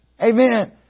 Amen